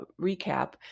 recap